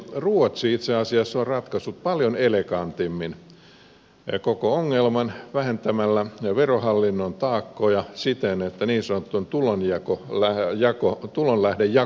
ruotsi itse asiassa on ratkaissut paljon elegantimmin koko ongelman vähentämällä verohallinnon taakkoja siten että niin sanottu tulolähdejako on poistettu